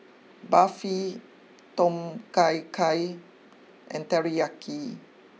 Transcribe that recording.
Barfi Tom Kha Gai and Teriyaki